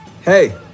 Hey